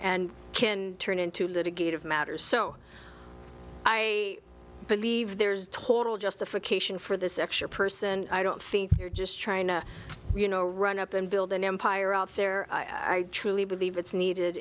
and can turn into litigated matters so i believe there's total justification for this extra person i don't feel you're just trying to you know run up and build an empire out there i truly believe it's needed